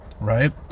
right